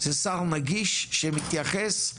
זה שר נגיש שמתייחס,